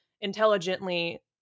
intelligently